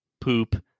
poop